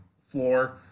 floor